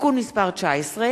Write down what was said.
(תיקון מס' 19)